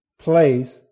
place